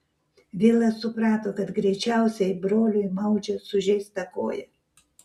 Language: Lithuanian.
vilas suprato kad greičiausiai broliui maudžia sužeistą koją